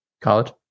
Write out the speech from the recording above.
College